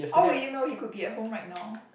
how would you know he could be at home right now